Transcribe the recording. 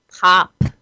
Pop